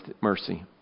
mercy